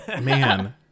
man